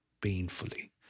painfully